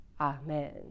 Amen